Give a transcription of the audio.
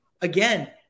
again